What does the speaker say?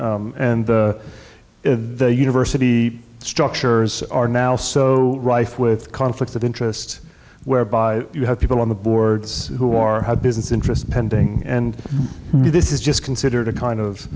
and the university structures are now so rife with conflicts of interest where you have people on the boards who wore business interests pending and this is just considered a kind of